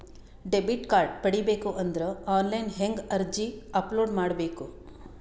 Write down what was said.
Debit card ಪಡಿಬೇಕು ಅಂದ್ರ online ಹೆಂಗ್ ಅರ್ಜಿ ಅಪಲೊಡ ಮಾಡಬೇಕು?